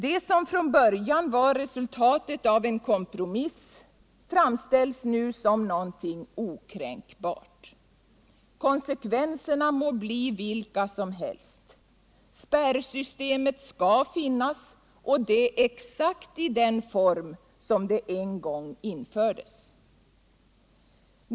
Det som från början var resultatet av en kompromiss framställs nu som något okränkbart. Konsekvenserna må bli vilka som helst. Spärrsystemet skall finnas och det exakt i den form som det en gång infördes.